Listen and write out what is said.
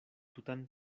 tutan